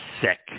sick